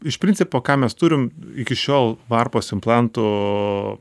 iš principo ką mes turim iki šiol varpos implantų